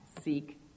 seek